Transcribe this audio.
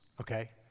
okay